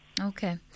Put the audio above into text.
Okay